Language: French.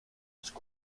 jersey